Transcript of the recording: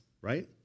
right